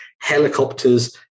helicopters